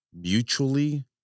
mutually